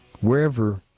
Wherever